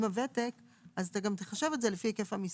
עם הוותק אז אתה גם תחשב את זה לפי היקף המשרה.